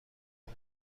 مون